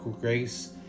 grace